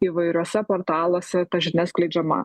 įvairiuose portaluose ta žinia skleidžiama